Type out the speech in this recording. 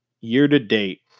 year-to-date